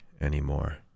anymore